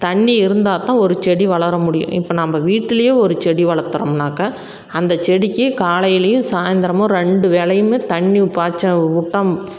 தண்ணி இருந்தால் தான் ஒரு செடி வளர முடியும் இப்போ நம்ம வீட்டுலேயே ஒரு செடி வளத்துறோம்னாக்கா அந்த செடிக்கு காலையிலேயும் சாய்ந்தரமும் ரெண்டு வேளையும் தண்ணி பாய்ச்ச உட்டோம்